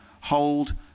hold